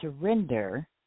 surrender